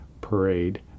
parade